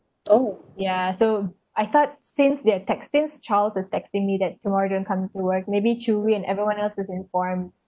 yeah so I thought since they're text~ since charles was texting me that tomorrow don't come to work maybe Chee Wei and everyone else was informed